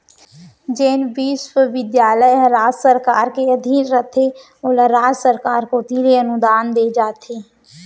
जेन बिस्वबिद्यालय ह राज सरकार के अधीन रहिथे ओला राज सरकार कोती ले अनुदान देय जाथे